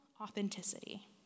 authenticity